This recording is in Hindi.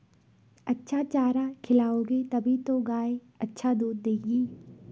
अच्छा चारा खिलाओगे तभी तो गाय अच्छा दूध देगी